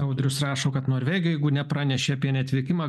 audrius rašo kad norvegijoj jeigu nepraneši apie neatvykimą